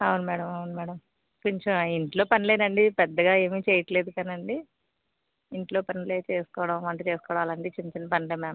అవును మేడం అవును మేడం కొంచెం ఇంట్లో పనులేనండి పెద్దగా ఏమీ చేయట్లేదు కానండి ఇంట్లో పనులే చేసుకోవడం వంట చేసుకోవడం అలాంటివి చిన్న చిన్న పనులే మ్యామ్